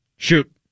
Shoot